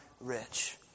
rich